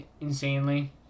insanely